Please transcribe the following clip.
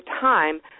time